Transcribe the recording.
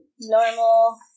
normal